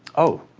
oh!